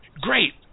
great